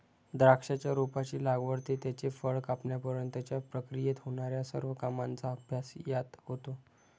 द्राक्षाच्या रोपाची लागवड ते त्याचे फळ कापण्यापर्यंतच्या प्रक्रियेत होणार्या सर्व कामांचा अभ्यास यात होतो